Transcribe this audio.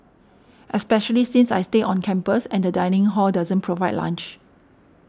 especially since I stay on campus and the dining hall doesn't provide lunch